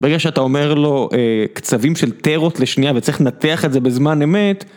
ברגע שאתה אומר לו קצבים של טרות לשנייה וצריך לנתח את זה בזמן אמת